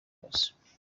kose